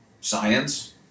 science